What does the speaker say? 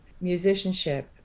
musicianship